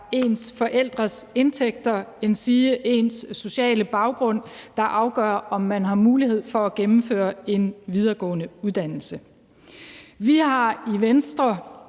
ens forældres indtægter endsige ens sociale baggrund, der afgør, om man har mulighed for at gennemføre en videregående uddannelse. Vi har i Venstre